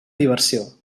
diversió